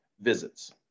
visits